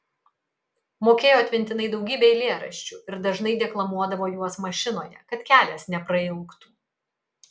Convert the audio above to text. mokėjo atmintinai daugybę eilėraščių ir dažnai deklamuodavo juos mašinoje kad kelias neprailgtų